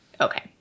Okay